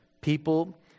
people